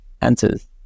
answers